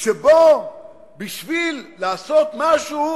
שבו בשביל לעשות משהו